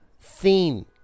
theme